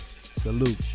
salute